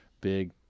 big